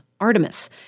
Artemis